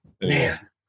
man